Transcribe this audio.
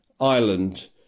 Ireland